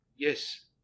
Yes